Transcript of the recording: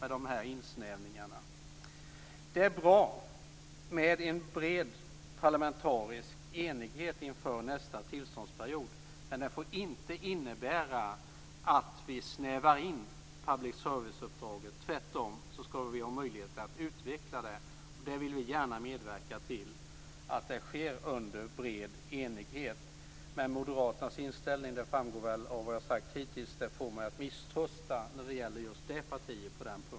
Det är bra med en bred parlamentarisk enighet inför nästa tillståndsperiod, men den får inte innebära att vi snävar in public service-uppdraget. Tvärtom! Det skall finnas en möjlighet att utveckla uppdraget. Vi vill gärna medverka till att det sker i bred enighet. Men Moderaternas inställning innebär att jag kommer att misströsta på den punkten.